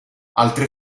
altre